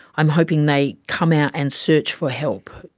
i'm hoping they come out and search for help.